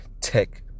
tech